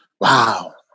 Wow